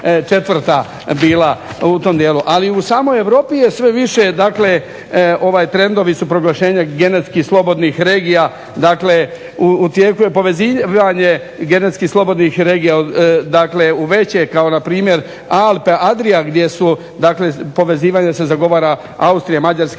četvrta bila u tom dijelu. Ali u samoj Europi je sve više dakle trendovi su proglašenja GMO slobodnih regija, dakle u tijeku je povezivanje GMO slobodnih regija u veće kao npr. Alpe-adria gdje povezivanje se zagovara Austrije, Mađarske,